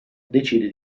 decide